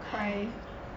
cry